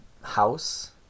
house